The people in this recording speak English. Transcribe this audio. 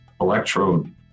electrode